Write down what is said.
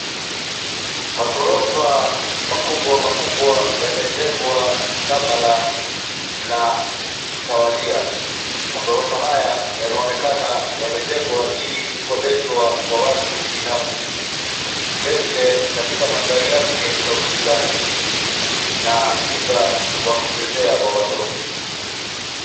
Maghorofa makubwa makubwa yamejengwa mkabala na mtawalia. Maghorofa haya yanaonekana yamejengwa ili kukodeshwa kwa watu binafsi. Vilevile katika mandhari yake kuna bustani na uga wa kuchezea wa watoto.